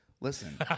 listen